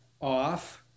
off